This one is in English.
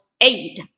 aid